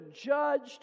judged